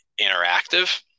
interactive